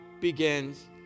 begins